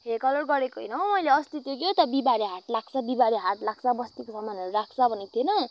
hair colour गरेको होइन हौ मैले अस्ति त्यो क्या त बिहिबारे हाट लाग्छ बिहिबारे हाट लाग्छ बस्तीको समानहरू राख्छ भनेको थिएन